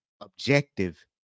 objective